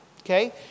okay